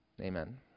Amen